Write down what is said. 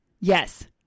Yes